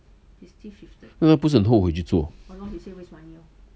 那他不是很后悔去做